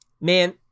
Man